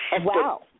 Wow